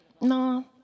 no